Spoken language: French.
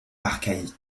archaïque